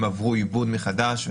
הם עברו עיבוד מחדש.